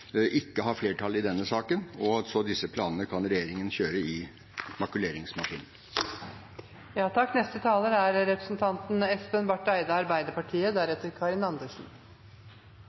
ikke har flertall i denne salen, så disse planene kan regjeringen kjøre i makuleringsmaskinen. Arbeiderpartiets mål er